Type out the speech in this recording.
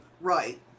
Right